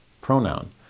pronoun